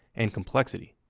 and complexity.